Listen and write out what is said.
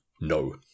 No